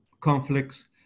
conflicts